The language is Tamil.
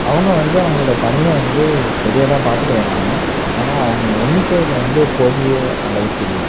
அவங்க வந்து அவங்களோட பணியை வந்து சரியாக தான் பார்த்துட்டு வராங்க ஆனால் அவங்க எண்ணிக்கையில வந்து போதிய அளவுக்கு இல்லை